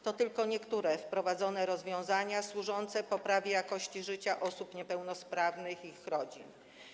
To tylko niektóre wprowadzone rozwiązania służące poprawie jakości życia osób niepełnosprawnych i ich rodzin.